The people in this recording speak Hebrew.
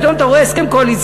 פתאום אתה רואה הסכם קואליציוני,